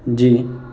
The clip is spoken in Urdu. جی